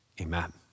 amen